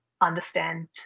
understand